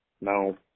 No